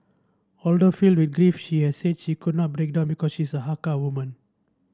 although filled with grief she has said she could not break down because she is a Hakka woman